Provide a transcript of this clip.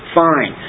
fine